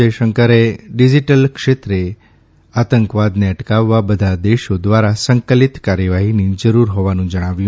જયશંકરે ડીજીટલ ક્ષેત્રે આતંકવાદને અટકાવવા બધા દેશો ધ્વારા સંકલિત કાર્યવાહીની જરૂર હોવાનું જણાવ્યું